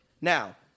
Now